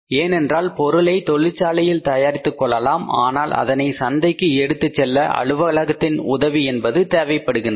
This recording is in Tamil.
ஏனென்றால் பொருளை தொழிற்சாலையில் தயாரித்துக் கொள்ளலாம் ஆனால் அதனை சந்தைக்கு எடுத்துச் செல்ல அலுவலகத்தின் உதவி என்பது தேவைப்படுகின்றது